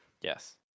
Yes